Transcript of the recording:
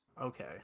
Okay